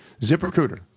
ZipRecruiter